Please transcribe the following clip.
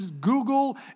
Google